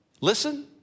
listen